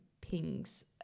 pings